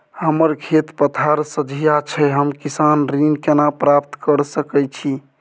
हमर खेत पथार सझिया छै हम किसान ऋण केना प्राप्त के सकै छी?